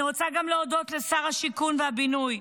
אני רוצה להודות גם לשר השיכון והבינוי,